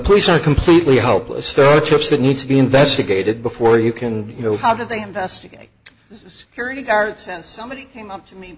police are completely helpless store chips that need to be investigated before you can you know how do they investigate security guards and somebody came up to me